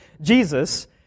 Jesus